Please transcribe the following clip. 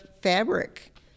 fabric